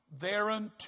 thereunto